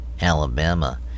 Alabama